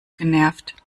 genervt